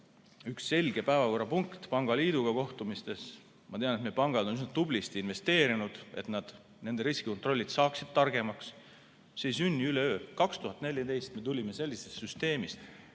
üks selge päevakorrapunkt pangaliiduga kohtumistel. Ma tean, et meie pangad on tublisti investeerinud, et nende riskikontrollid saaksid targemaks. See ei sünni üleöö. 2014 me tulime sellisest süsteemist,